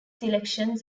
selections